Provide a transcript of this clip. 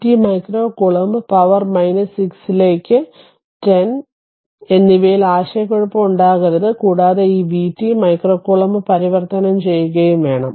vt micro coulomb power 6 ലേക്ക് കേസ് 10 എന്നിവയിൽ ആശയക്കുഴപ്പം ഉണ്ടാകരുത് കൂടാതെ ഈ vt മൈക്രോ കൂലംബ് പരിവർത്തനം ചെയ്യുകയും വേണം